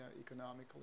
economically